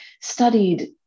studied